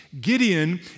Gideon